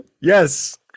Yes